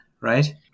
right